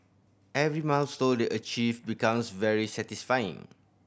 every milestone they achieve becomes very satisfying